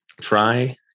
Try